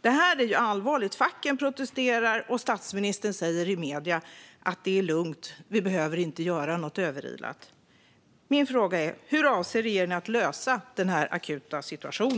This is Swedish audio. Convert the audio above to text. Detta är allvarligt. Facken protesterar. Men statsministern säger i medierna att det är lugnt och att man inte ska göra något överilat. Hur avser regeringen att lösa denna akuta situation?